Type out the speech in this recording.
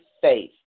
faith